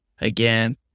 again